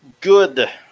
Good